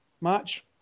match